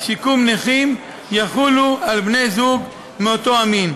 שיקום נכים יחולו על בני-זוג מאותו המין.